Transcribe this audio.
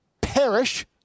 perish